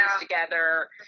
together